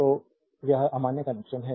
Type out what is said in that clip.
तो यह अमान्य कनेक्शन है